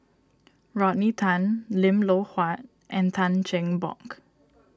Rodney Tan Lim Loh Huat and Tan Cheng Bock